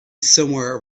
somewhere